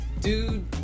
dude